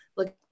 look